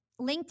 LinkedIn